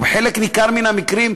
או בחלק ניכר מן המקרים,